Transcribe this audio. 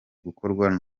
gukorwa